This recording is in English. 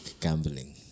gambling